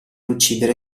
uccidere